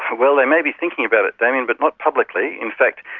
ah well, they may be thinking about it, damien, but not publicly. in fact,